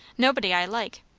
nobody i like.